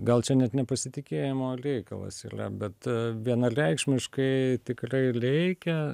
gal čia net nepasitikėjimo leikalas ylia bet vienaleikšmiškai tikrai leikia